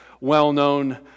well-known